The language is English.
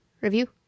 review